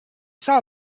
saa